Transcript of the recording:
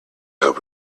hope